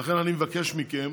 ולכן אני מבקש מכם